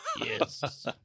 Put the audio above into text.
Yes